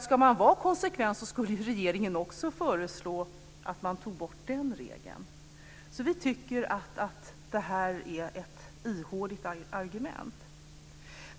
Ska man vara konsekvent skulle regeringen också föreslå att man tog bort den regeln. Vi tycker att det här är ett ihåligt argument.